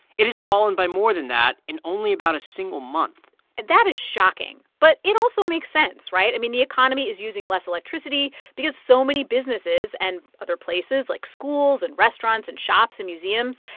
it has fallen by more than that in only about a single month that is shocking, but it also makes sense, right? i mean, the economy is using less electricity because so many businesses and other places, like schools and restaurants and shops and museums,